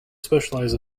specialize